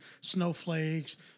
snowflakes